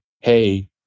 Hey